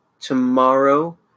Tomorrow